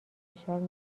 فشار